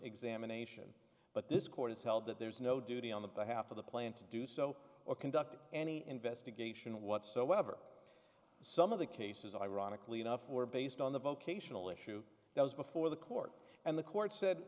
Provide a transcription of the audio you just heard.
examination but this court has held that there is no duty on the behalf of the plant to do so or conduct any investigation whatsoever some of the cases ironically enough were based on the vocational issue that was before the court and the court said